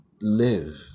live